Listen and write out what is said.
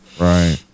Right